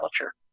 culture